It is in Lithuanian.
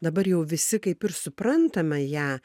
dabar jau visi kaip ir suprantame ją